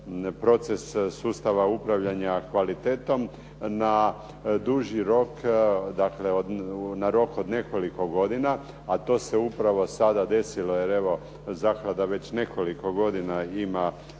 proces sustava upravljanja kvalitetom na duži rok, dakle na rok od nekoliko godina, a to se upravo sada desilo, jer evo zaklada već nekoliko godina ima